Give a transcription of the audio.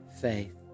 faith